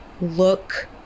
look